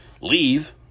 leave